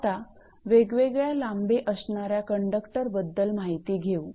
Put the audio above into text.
आता वेगवेगळ्या लांबी असणाऱ्या कंडक्टर बद्दल माहिती घेऊ